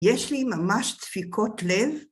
יש לי ממש דפיקות לב.